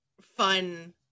fun